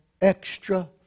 extra